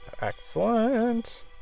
excellent